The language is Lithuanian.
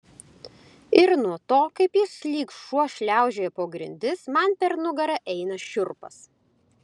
ir nuo to kaip jis lyg šuo šliaužioja po grindis man per nugarą eina šiurpas